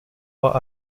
war